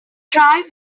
tribe